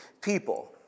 people